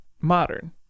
modern